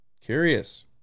curious